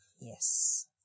Yes